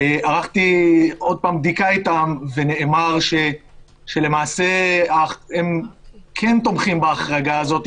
ערכתי עוד פעם בדיקה איתם ונאמר שלמעשה הם כן תומכים בהחרגה הזאת,